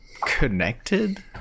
connected